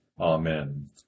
Amen